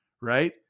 right